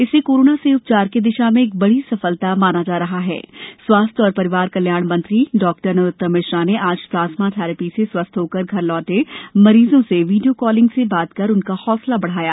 इसे कोरोना से उपचार की दिशा में बड़ी सफलता माना जा रहा हैस्वास्थ्य एवं परिवार कल्याण मंत्री डॉक्टर नरोतम मिश्रा ने आज प्लाज्मा थैरेपी से स्वस्थ होकर घर लौटे मरीजों से वीडियो कॉलिंग से बात कर उनका हौसला बढ़ाया